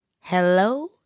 Hello